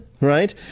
right